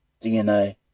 DNA